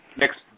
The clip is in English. next